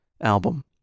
album